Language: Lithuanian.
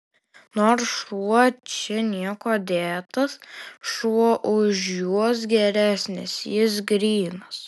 nors šuo čia niekuo dėtas šuo už juos geresnis jis grynas